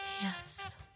Yes